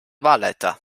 wahlleiter